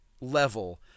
level